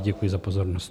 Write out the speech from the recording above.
Děkuji za pozornost.